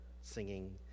singing